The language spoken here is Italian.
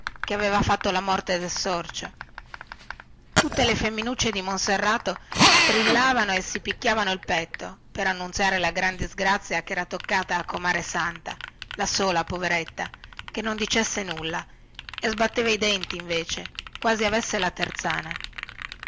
si vide accerchiato da tutte le femminucce di monserrato che strillavano e si picchiavano il petto per annunziare la gran disgrazia chera toccata a comare santa la sola poveretta che non dicesse nulla e sbatteva i denti